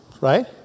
Right